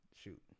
Shoot